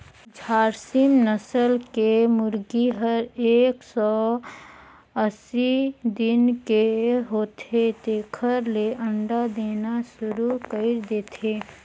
झारसिम नसल के मुरगी हर एक सौ अस्सी दिन के होथे तेकर ले अंडा देना सुरु कईर देथे